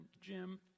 Jim